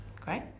Great